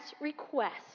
request